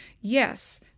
Yes